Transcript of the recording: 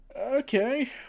Okay